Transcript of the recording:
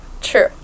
true